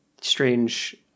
strange